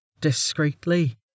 Discreetly